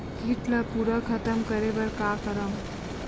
कीट ला पूरा खतम करे बर का करवं?